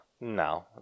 No